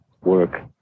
work